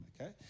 okay